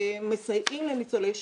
שמסייעים לניצולי שואה,